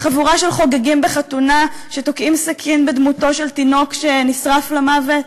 חבורה של חוגגים בחתונה שתוקעים סכין בדמותו של תינוק שנשרף למוות?